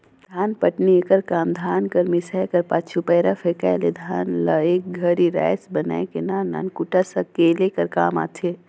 धानपटनी एकर काम धान कर मिसाए कर पाछू, पैरा फेकाए ले धान ल एक घरी राएस बनाए के नान नान कूढ़ा सकेले कर काम आथे